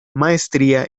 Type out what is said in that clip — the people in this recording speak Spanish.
maestría